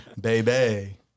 baby